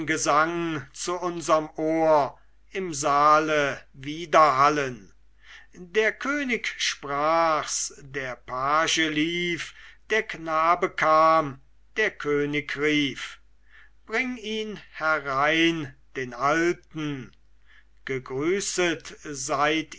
gesang zu unserm ohr im saale widerhallen der könig sprach's der page lief der knabe kam der könig rief bring ihn herein den alten gegrüßet seid